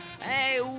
hey